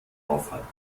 aufhalten